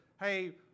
hey